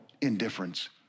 indifference